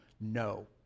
no